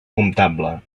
comptable